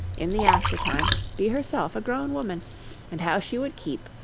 in the after-time, be herself a grown woman and how she would keep,